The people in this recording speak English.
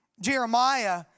Jeremiah